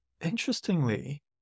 interestingly